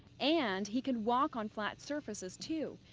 and he could walk on flat surfaces, too.